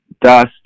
dust